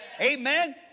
amen